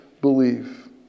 believe